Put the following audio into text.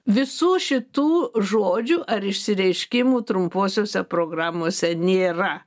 visų šitų žodžių ar išsireiškimų trumposiose programose nėra